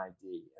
ID